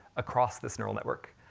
across this neural network.